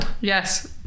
Yes